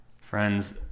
Friends